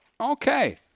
okay